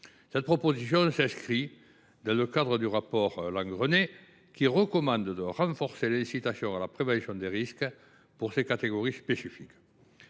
Cette proposition s’inscrit dans le droit fil du rapport Langreney, qui recommande de renforcer l’incitation à la prévention des risques pour ces catégories spécifiques.